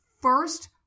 first